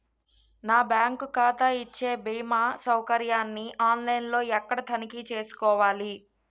నా బ్యాంకు ఖాతా ఇచ్చే భీమా సౌకర్యాన్ని ఆన్ లైన్ లో ఎక్కడ తనిఖీ చేసుకోవాలి?